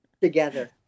together